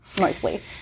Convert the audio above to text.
Mostly